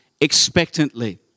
expectantly